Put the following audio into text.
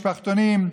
משפחתונים,